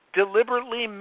deliberately